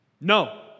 No